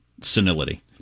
senility